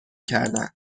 کردن